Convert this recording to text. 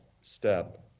step